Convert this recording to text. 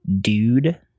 dude